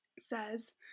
says